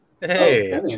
Hey